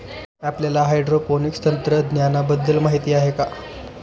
आपल्याला हायड्रोपोनिक्स तंत्रज्ञानाबद्दल माहिती आहे का?